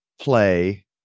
play